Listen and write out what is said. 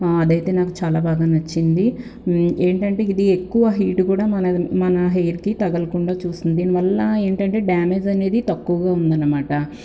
అదైతే నాకు చాలా బాగా నచ్చింది ఏంటంటే ఇది ఎక్కువ హీట్ కూడా మనది మన హెయిర్కి తగలకుండా చూసింది మళ్ళా ఏంటంటే డ్యామేజ్ అనేది తక్కువగా ఉందన్నమాట